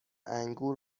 انگور